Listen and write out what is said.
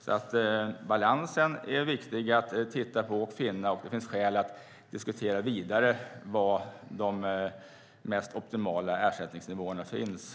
Det är viktigt att titta på balansen och finna den, och det finns skäl att diskutera vidare var de mest optimala ersättningsnivåerna ligger.